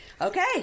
okay